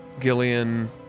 Gillian